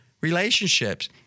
relationships